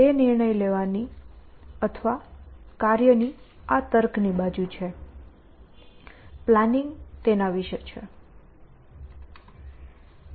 તે નિર્ણય લેવાની અથવા કાર્યની આ તર્કની બાજુ છે પ્લાનિંગ તેના વિશે છે